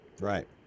Right